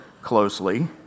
closely